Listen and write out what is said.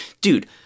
dude